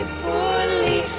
poorly